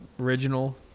original